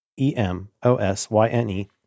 E-M-O-S-Y-N-E